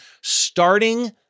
starting